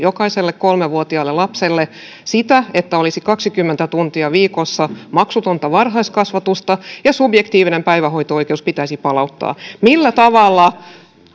että jokaiselle kolme vuotiaalle lapselle olisi kaksikymmentä tuntia viikossa maksutonta varhaiskasvatusta ja subjektiivinen päivähoito oikeus pitäisi palauttaa millä tavalla